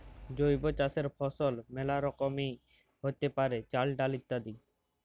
জৈব চাসের ফসল মেলা রকমেরই হ্যতে পারে, চাল, ডাল ইত্যাদি